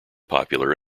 popular